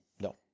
No